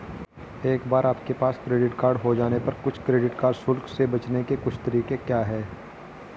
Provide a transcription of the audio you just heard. एक बार आपके पास क्रेडिट कार्ड हो जाने पर कुछ क्रेडिट कार्ड शुल्क से बचने के कुछ तरीके क्या हैं?